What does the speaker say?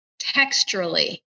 texturally